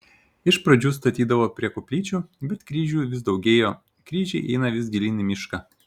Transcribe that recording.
iš pradžių statydavo prie koplyčių bet kryžių vis daugėjo kryžiai eina vis gilyn į mišką